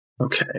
Okay